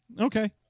Okay